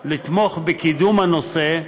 לתמוך בקידום הנושא,